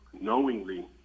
knowingly